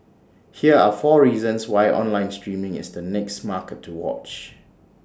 here are four reasons why online streaming is the next market to watch